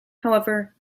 however